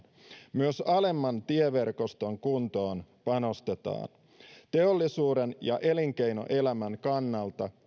myös alemman tieverkoston kuntoon panostetaan tieliikenneinfran kriittiset erityistarpeet teollisuuden ja elinkeinoelämän kannalta